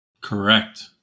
Correct